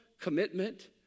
commitment